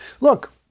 look